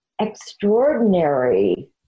extraordinary